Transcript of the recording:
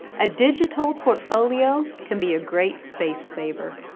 a digital portfolio can be a great space-saver!